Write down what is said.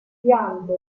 piante